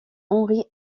henri